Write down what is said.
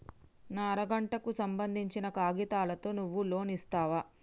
నా అర గంటకు సంబందించిన కాగితాలతో నువ్వు లోన్ ఇస్తవా?